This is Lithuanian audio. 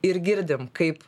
ir girdim kaip